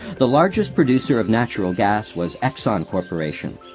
the largest producer of natural gas was exxon corporation,